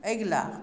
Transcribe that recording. अगिला